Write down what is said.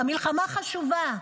המלחמה חשובה,